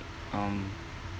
um